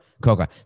Coca